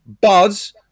buzz